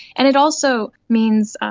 and it also means,